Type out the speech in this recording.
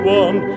one